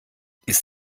ist